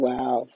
Wow